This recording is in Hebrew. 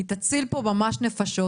היא תציל פה ממש נפשות,